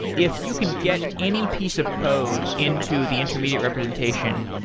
if you can get any piece of code into the intermediate representation,